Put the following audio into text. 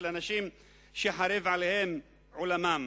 של אנשים שחרב עליהם עולמם.